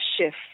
shift